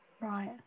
Right